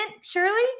shirley